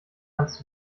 kannst